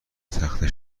تخته